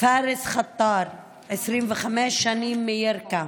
פארס חטאר, 25 שנים, ירכא,